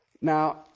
Now